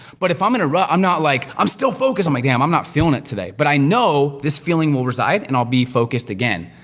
but if i'm in a rut, i'm not like, i'm still focused! i'm like, damn, i'm not feelin' it today. but i know this feeling will reside, and i'll be focused again.